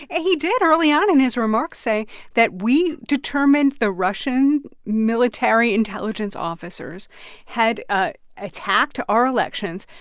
and he did, early on in his remarks, say that we determined the russian military intelligence officers had ah attacked our elections,